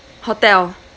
hotel